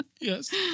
Yes